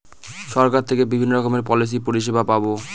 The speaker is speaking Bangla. সরকার থেকে বিভিন্ন রকমের পলিসি পরিষেবা পাবো